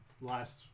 last